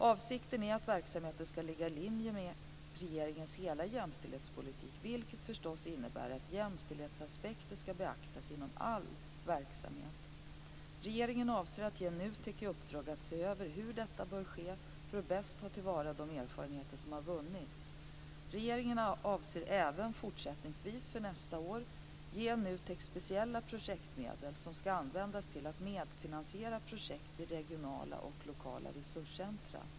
Avsikten är att verksamheten ska ligga i linje med regeringens hela jämställdhetspolitik, vilket förstås innebär att jämställdhetsaspekter ska beaktas inom all verksamhet. Regeringen avser att ge NUTEK i uppdrag att se över hur detta bör ske, för att bäst ta till vara de erfarenheter som har vunnits. Regeringen avser även fortsättningsvis för nästa år att ge NUTEK speciella projektmedel, som ska användas till att medfinansiera projekt vid regionala och lokala resurscentrum.